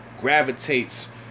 gravitates